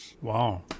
wow